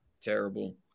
Terrible